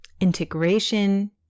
integration